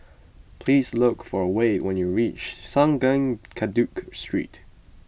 please look for Wayde when you reach Sungei Kadut Street